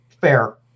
fair